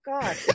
God